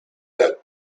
that